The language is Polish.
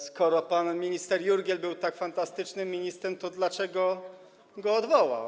Skoro pan minister Jurgiel był tak fantastycznym ministrem, to dlaczego pan go odwołał?